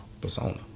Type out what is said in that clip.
Persona